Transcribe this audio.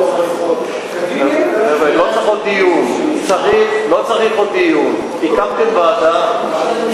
לא צריך עוד דיון, הקמתם ועדה.